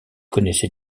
connaissait